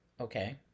okay